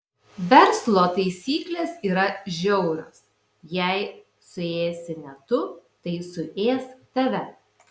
verslo taisyklės yra žiaurios jei suėsi ne tu tai suės tave